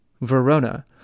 Verona